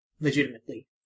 Legitimately